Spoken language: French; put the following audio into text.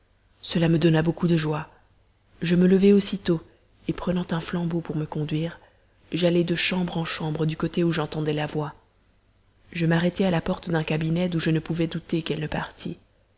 cela me donna beaucoup de joie je me levai aussitôt et prenant un flambeau pour me conduire j'allai de chambre en chambre du côté où j'entendais la voix je m'arrêtai à la porte d'un cabinet d'où je ne pouvais douter qu'elle ne partît